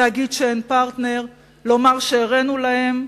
להגיד שאין פרטנר, לומר שהראינו להם.